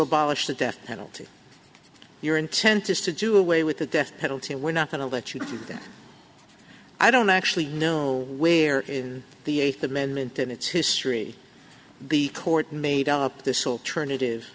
abolish the death penalty your intent is to do away with the death penalty and we're not going to let you do that i don't actually know where in the eighth amendment in its history the court made up this alternative